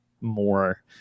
more